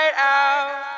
out